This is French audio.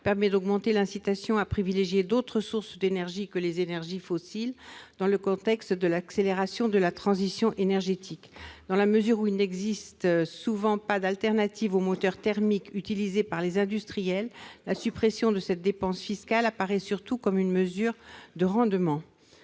permet d'augmenter l'incitation à privilégier d'autres sources d'énergie que les énergies fossiles, dans le contexte de l'accélération de la transition énergétique ». Dans la mesure où, le plus souvent, il n'existe pas d'alternatives aux moteurs thermiques utilisés par les industriels, la suppression de cette dépense fiscale apparaît surtout comme une mesure de rendement.